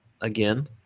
again